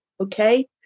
Okay